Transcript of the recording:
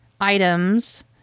items